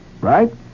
right